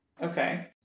Okay